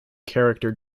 character